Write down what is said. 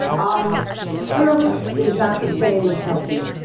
um service is not the same as helping.